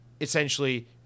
essentially